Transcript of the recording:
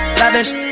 lavish